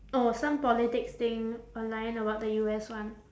oh some politics thing online about the U_S one